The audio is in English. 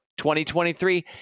2023